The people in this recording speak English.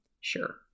Sure